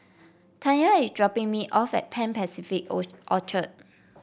Tanya is dropping me off at Pan Pacific Orchard